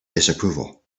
disapproval